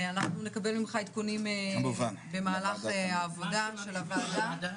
אנחנו נקבל ממך עדכונים במהלך העבודה של הוועדה.